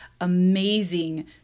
amazing